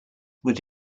would